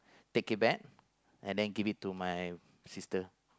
take it back and then give it to my sister